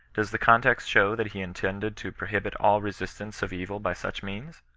does the context show that he intended to prohibit all resistance of evil by such means?